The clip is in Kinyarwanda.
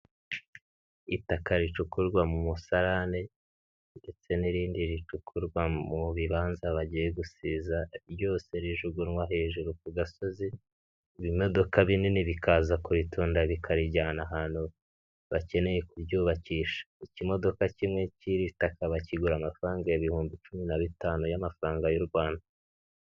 Itaka ricukurwa mu musarane ndetse n'irindi ricukurwa mu bibanza bagiye gusiza, ryose rijugunywa hejuru ku gasozi ibimodoka binini bikaza kuritunda bikarijyana ahantu bakeneye kuryubakisha, ku kimodoka kimwe ki'iritakabakigura amafaranga ibihumbi cumi nabi bitanu y'amafaranga y'u Rwanda.